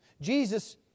Jesus